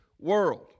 world